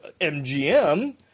MGM